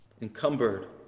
encumbered